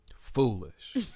Foolish